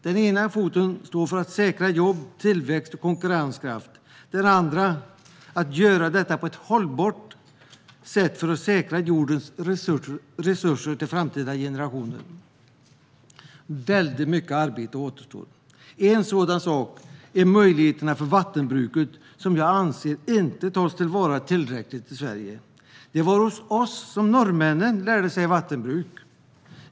Den ena foten står för att säkra jobb, tillväxt och konkurrenskraft och den andra för att göra detta på ett hållbart sätt så att jordens resurser säkras till framtida generationer. Väldigt mycket arbete återstår. Ett exempel är möjligheterna för vattenbruket som jag anser inte tas till vara tillräckligt i Sverige. Det var hos oss som norrmännen lärde sig vattenbruk.